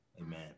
Amen